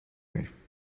wife